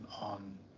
on